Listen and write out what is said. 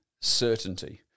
certainty